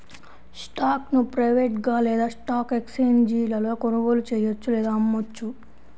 స్టాక్ను ప్రైవేట్గా లేదా స్టాక్ ఎక్స్ఛేంజీలలో కొనుగోలు చెయ్యొచ్చు లేదా అమ్మొచ్చు